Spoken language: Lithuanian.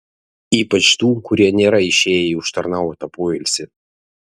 ypač tų kurie nėra išėję į užtarnautą poilsį